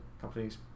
Companies